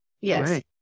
yes